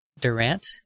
Durant